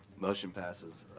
motion passes,